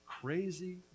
crazy